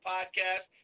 Podcast